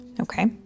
okay